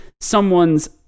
someone's